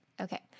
Okay